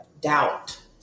Doubt